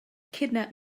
kidnap